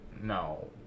no